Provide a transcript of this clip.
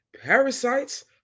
parasites